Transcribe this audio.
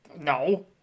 No